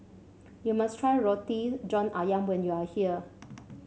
you must try Roti John ayam when you are here